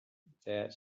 that